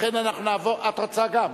לכן, אנחנו נעבור, את רוצה גם?